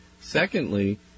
Secondly